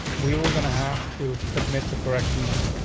we were gonna have to submit the correct email,